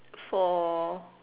for